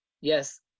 yes